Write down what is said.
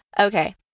Okay